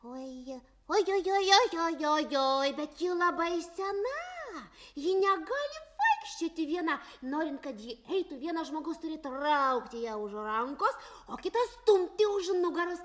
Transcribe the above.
oi oi oi oi oi bet ji labai sena ji negali vaikščioti viena norint kad ji eitų vienas žmogus turi traukti ją už rankos o kitas stumti už nugaros